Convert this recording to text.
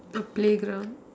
a playground